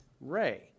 Ray